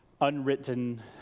unwritten